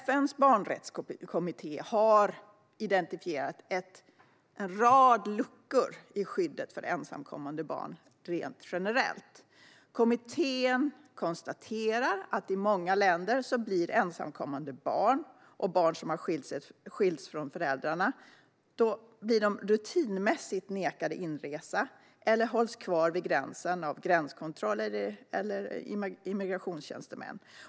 FN:s barnrättskommitté har identifierat ett antal luckor i skyddet för ensamkommande barn generellt. Kommittén konstaterar att i många länder blir ensamkommande barn och barn som har skilts från föräldrarna rutinmässigt nekade inresa eller hålls kvar vid gränsen av gränskontrolls eller immigrationstjänstemän.